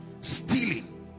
Stealing